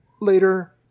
later